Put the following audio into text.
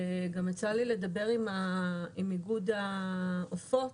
יצא לי לדבר עם איגוד העופות.